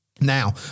Now